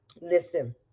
Listen